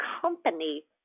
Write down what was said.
company